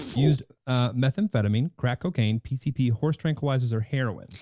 used methamphetamine, crack cocaine, pcp, horse tranquilizers or heroin?